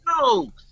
no